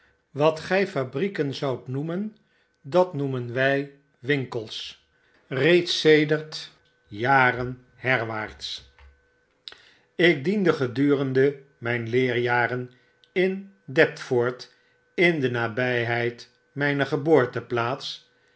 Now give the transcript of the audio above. wat gy fabrieken zoudt noemen dat noemen wij win kels reeds sedert jaren herwaarts ik diende gedurende mijn leerjaren te deptford in de nabijheid myner geboorteplaats